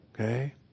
okay